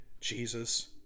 Jesus